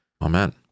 Amen